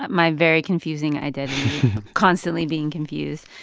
but my very confusing identity constantly being confused.